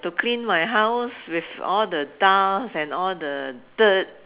to clean my house with all the dust and all the dirt